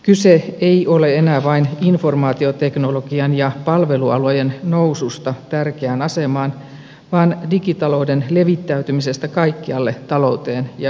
kyse ei ole enää vain informaatioteknologian ja palvelualojen noususta tärkeään asemaan vaan digitalouden levittäytymisestä kaikkialle talouteen ja yhteiskuntaan